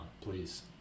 please